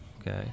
Okay